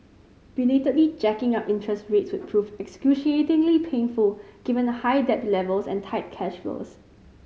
belatedly jacking up interest rates would prove excruciatingly painful given high debt levels and tight cash flows